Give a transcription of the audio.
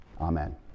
amen